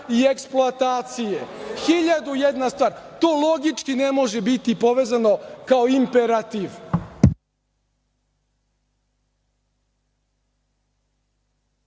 i eksploatacije, hiljadu i jedna stvar. To logički ne može biti povezano kao imperativ.